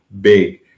big